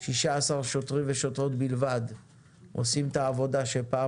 16 שוטרים ושוטרות בלבד עושים את העבודה שפעם